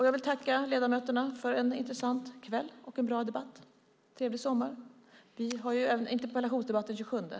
Jag tackar ledamöterna för en intressant kväll och en bra debatt. Trevlig sommar. Vi har ju en interpellationsdebatt den 27 juni.